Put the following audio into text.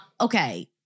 okay